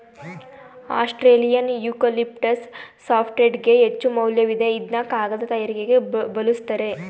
Australian eucalyptus ಸಾಫ್ಟ್ವುಡ್ಗೆ ಹೆಚ್ಚುಮೌಲ್ಯವಿದೆ ಇದ್ನ ಕಾಗದ ತಯಾರಿಕೆಗೆ ಬಲುಸ್ತರೆ